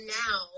now